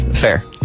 fair